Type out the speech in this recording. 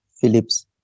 Philip's